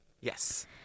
Yes